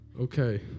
Okay